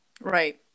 Right